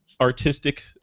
artistic